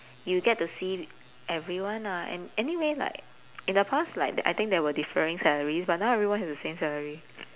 you get to see everyone ah and anyway like in the past like I I think there were differing salaries but now everyone has the same salary